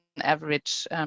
average